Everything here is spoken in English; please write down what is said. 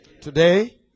Today